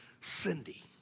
Cindy